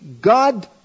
God